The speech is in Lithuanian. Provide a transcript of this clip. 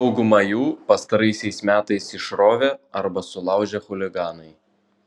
daugumą jų pastaraisiais metais išrovė arba sulaužė chuliganai